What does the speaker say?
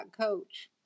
coach